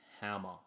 hammer